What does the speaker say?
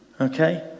Okay